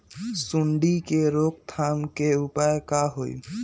सूंडी के रोक थाम के उपाय का होई?